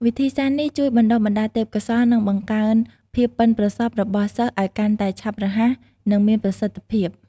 វិធីសាស្ត្រនេះ ជួយបណ្ដុះបណ្ដាលទេពកោសល្យ និងបង្កើនភាពប៉ិនប្រសប់របស់សិស្សឱ្យកាន់តែឆាប់រហ័ស និងមានប្រសិទ្ធភាព។